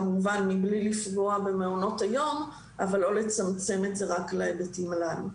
כמובן מבלי לפגוע במעונות היום אבל לא לצמצם את זה רק להיבטים האלה.